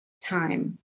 time